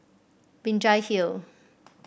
Binjai Hill